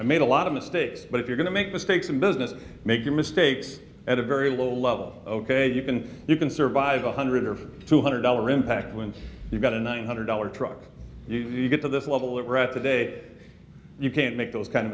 i made a lot of mistakes but if you're going to make mistakes in business make your mistakes at a very low level ok you can you can survive a hundred or two hundred dollar impact when you've got a nine hundred dollar truck you get to this level of rest a day you can't make those kind of